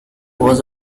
was